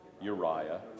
Uriah